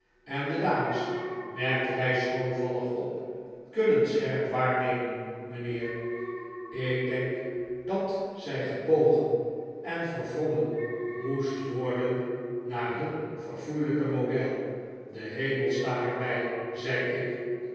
en de dames merkte hij schroomvallig op kunnen scherp waarnemen mijnheer i k denk dat zij gebogen en verwrongen moest worden naar hun verfoeilijke model de hemel sta haar bij zei ik